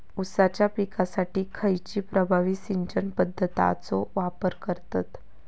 ऊसाच्या पिकासाठी खैयची प्रभावी सिंचन पद्धताचो वापर करतत?